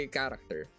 character